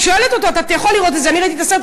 ואתה יכול לראות את זה.